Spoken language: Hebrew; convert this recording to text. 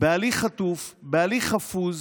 בהליך חטוף, בהליך חפוז,